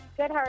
Good